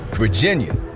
Virginia